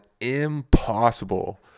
impossible